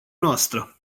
noastră